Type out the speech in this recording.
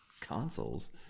consoles